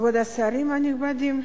כבוד השרים הנכבדים,